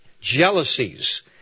jealousies